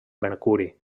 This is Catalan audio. mercuri